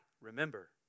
Remember